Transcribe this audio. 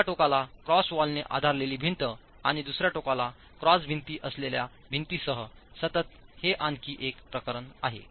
एका टोकाला क्रॉस वॉलने आधारलेली भिंत आणि दुसर्या टोकाला क्रॉस भिंती असलेल्या भिंतीसह सतत हे आणखी एक प्रकरण आहे